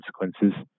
consequences